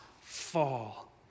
fall